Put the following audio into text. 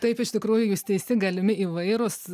taip iš tikrųjų jūs teisi galimi įvairūs